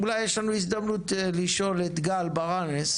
אולי יש לנו הזדמנות לשאול את גל ברנס,